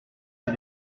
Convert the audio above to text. ces